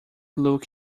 look